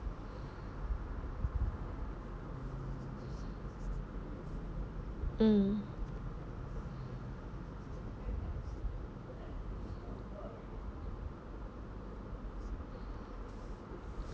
mm